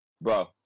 bro